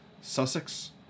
Sussex